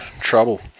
Trouble